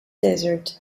desert